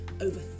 Over